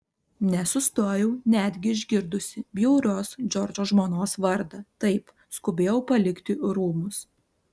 nesustojau netgi išgirdusi bjaurios džordžo žmonos vardą taip skubėjau palikti rūmus